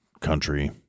country